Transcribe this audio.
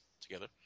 together